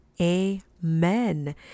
amen